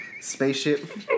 Spaceship